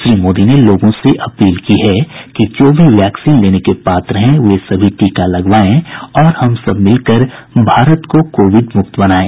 श्री मोदी ने लोगों से अपील की है कि जो भी वैक्सीन लेने के पात्र हैं वे सभी टीका लगवायें और हम सब मिलकर भारत को कोविड मुक्त बनायें